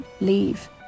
leave